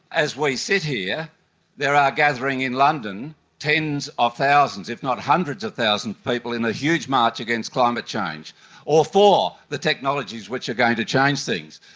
as we sit here there are gathering in london tens of thousands, if not hundreds of thousands of people in a huge march against climate change or for the technologies which are going to change things.